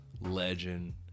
legend